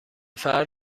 فرد